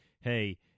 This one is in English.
hey